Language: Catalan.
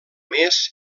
més